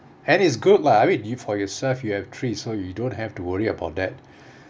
and it's good lah I mean you for yourself you have three so you don't have to worry about that